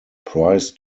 priced